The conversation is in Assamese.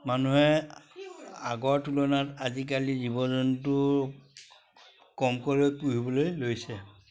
মানুহে আগৰ তুলনাত আজিকালি জীৱ জন্তু কমকৈ পুহিবলৈ লৈছে